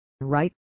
right